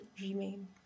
remain